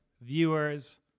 viewers